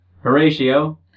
Horatio